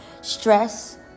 Stress